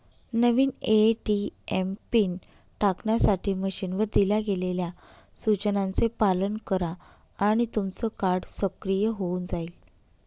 नवीन ATM PIN टाकण्यासाठी मशीनवर दिल्या गेलेल्या सूचनांचे पालन करा आणि तुमचं कार्ड सक्रिय होऊन जाईल